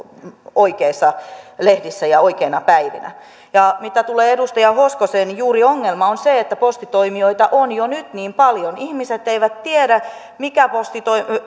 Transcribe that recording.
oikeissa lehdissä ja oikeina päivinä mitä tulee edustaja hoskoseen niin ongelma on juuri se että postitoimijoita on jo nyt niin paljon ihmiset eivät tiedä mikä postitoimija